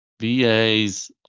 VA's